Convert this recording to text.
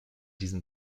diesen